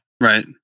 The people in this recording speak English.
Right